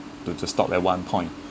to to stop at one point